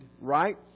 right